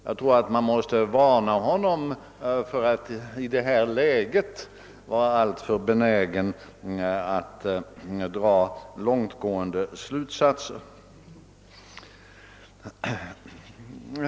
Jag tror att man måste varna honom för att i det här läget vara alltför benägen att dra långtgående slutsatser.